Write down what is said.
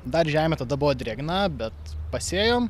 dar žemė tada buvo drėgna bet pasėjom